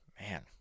man